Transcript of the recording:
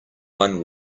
one